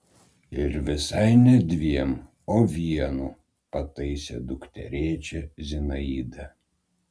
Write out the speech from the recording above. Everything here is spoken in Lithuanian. ir visai ne dviem o vienu pataisė dukterėčią zinaida